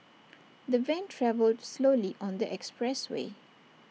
the van travelled slowly on the expressway